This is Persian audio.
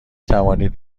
توانید